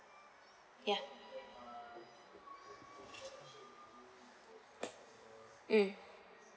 ya mm